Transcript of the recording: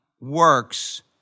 works